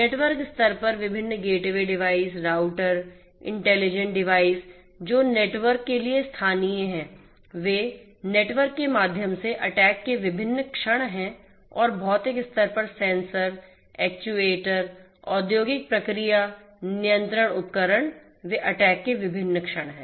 network स्तर पर विभिन्न gateway device router intelligent device जो नेटवर्क के लिए स्थानीय हैं वे नेटवर्क के माध्यम से अटैक के विभिन्न क्षण हैं और भौतिक स्तर पर सेंसर एक्ट्यूएटर औद्योगिक प्रक्रिया नियंत्रण उपकरण वे अटैक के विभिन्न क्षण हैं